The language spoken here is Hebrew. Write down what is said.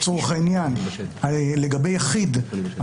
של 3,000 שקלים לצורך העניין שמוצע כרגע לגבי יחיד הוא